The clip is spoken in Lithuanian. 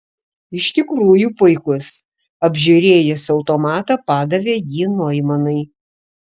iš tikrųjų puikus apžiūrėjęs automatą padavė jį noimanui